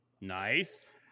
Nice